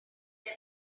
them